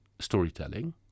storytelling